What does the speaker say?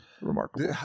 remarkable